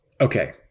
Okay